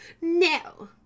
No